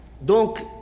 Donc